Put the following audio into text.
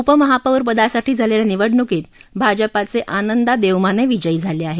उपमहापौर पदासाठी झालेल्या निवडणुकीत भाजपाचे आनंदा देवमाने विजयी झाले आहेत